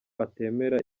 atemera